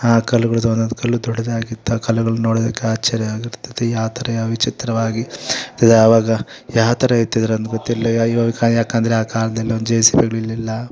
ಆ ಕಲ್ಲುಗಳದ್ದು ಒಂದೊಂದು ಕಲ್ಲು ದೊಡ್ಡದಾಗಿದ್ದ ಆ ಕಲ್ಲುಗಳು ನೋಡೋದಿಕ್ಕೆ ಆಶ್ಚರ್ಯ ಯಾವ ಥರ ಯಾ ವಿಚಿತ್ರವಾಗಿ ಇದೆ ಆವಾಗ ಯಾವ ಥರ ಎತ್ತಿದರು ಅಂದು ಗೊತ್ತಿಲ್ಲ ಯಾಕೆಂದ್ರೆ ಆ ಕಾಲದಲ್ಲಿ ಒಂದು ಜೆ ಸಿ ಬಿಗಳು ಇರಲಿಲ್ಲ